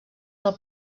del